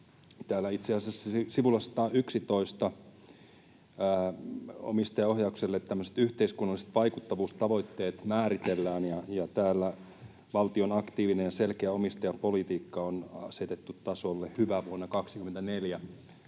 Täällä itse asiassa sivulla 111 määritellään omistajaohjaukselle tämmöiset yhteiskunnalliset vaikuttavuustavoitteet, ja täällä valtion aktiivinen, selkeä omistajapolitiikka on asetettu tasolle ”hyvä” vuonna 24.